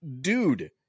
Dude